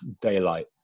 daylight